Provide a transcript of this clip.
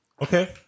Okay